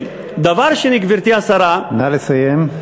דבר שני, גברתי השרה, נא לסיים.